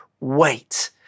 wait